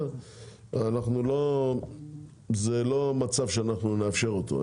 זה לא מצב שאנחנו נאפשר אותו.